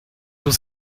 was